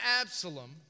Absalom